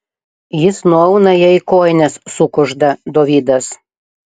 jis nuauna jai kojines sukužda dovydas